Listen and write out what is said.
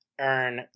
earn